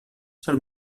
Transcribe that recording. ĉar